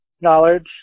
knowledge